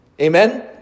Amen